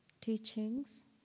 teachings